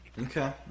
Okay